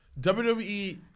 WWE